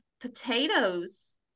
potatoes